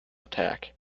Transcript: attack